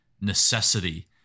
necessity